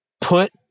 put